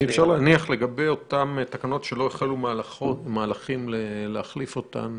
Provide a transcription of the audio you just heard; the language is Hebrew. לגבי אותן תקנות שלא החלו מהלכים להחליף אותן,